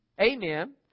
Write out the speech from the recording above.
Amen